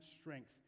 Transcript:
strength